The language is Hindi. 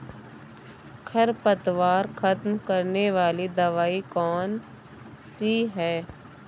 खरपतवार खत्म करने वाली दवाई कौन सी है?